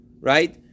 Right